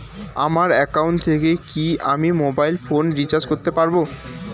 আমার একাউন্ট থেকে কি আমি মোবাইল ফোন রিসার্চ করতে পারবো?